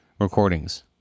recordings